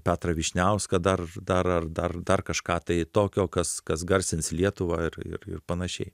petrą vyšniauską dar dar ar dar dar kažką tai tokio kas kas garsins lietuvą ir ir panašiai